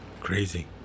crazy